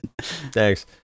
Thanks